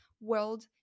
world